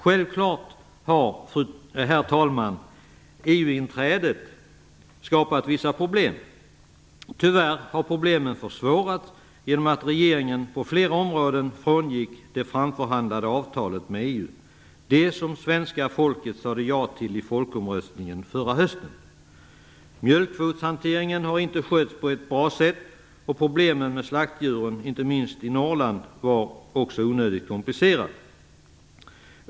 Självklart har, herr talman, EU inträdet skapat vissa problem. Tyvärr har problemen förvärrats genom att regeringen på flera områden frångick från det framförhandlade avtalet med EU, det som svenska folket sade ja till i folkomröstningen förra hösten. Mjölkkvotshanteringen har inte skötts på ett bra sätt, och problemen med slaktdjuren, inte minst i Norrland, var onödigt komplicerade.